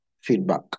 feedback